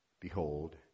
Behold